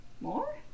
More